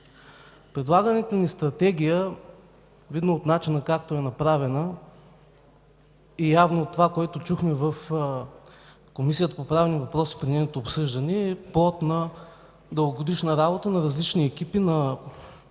Предложената ни Стратегия, видно от начина, както е направена, и явно от това, което чухме в Комисията по правни въпроси при нейното обсъждане, е плод на дългогодишна работа на различни екипи